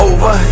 Over